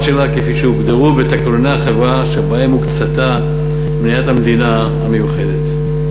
שלה כפי שהוגדרו בתקנוני החברה שבהם הוקצתה מניית המדינה המיוחדת,